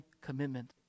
commitment